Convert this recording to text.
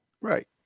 Right